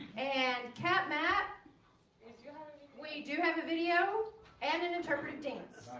and cat mac we do have a video and an interpretive dance